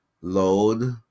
Load